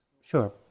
Sure